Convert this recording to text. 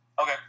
Okay